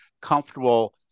comfortable